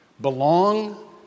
belong